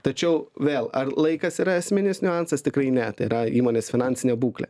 tačiau vėl ar laikas yra esminis niuansas tikrai ne tai yra įmonės finansinė būklė